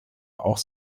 auch